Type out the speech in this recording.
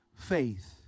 faith